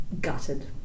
Gutted